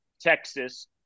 Texas